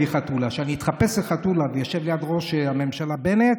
חתולה אלא שאתחפש לחתולה ואשב ליד ראש הממשלה בנט,